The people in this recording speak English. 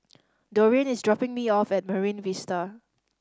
Dorian is dropping me off at Marine Vista